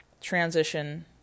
transition